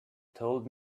told